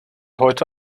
heute